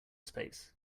space